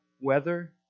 weather